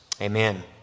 Amen